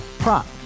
Prop